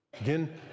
Again